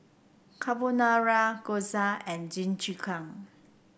Carbonara Gyoza and Jingisukan